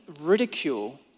ridicule